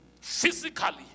Physically